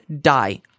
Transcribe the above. die